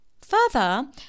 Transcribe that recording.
further